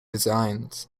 designs